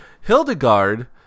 Hildegard